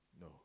No